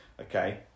okay